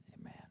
Amen